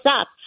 up